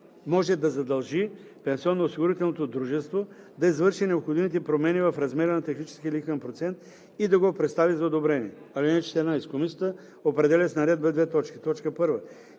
може да задължи пенсионноосигурителното дружество да извърши необходимите промени в размера на техническия лихвен процент и да го представи за одобрение. (14) Комисията определя с наредба: 1. изискванията